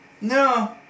No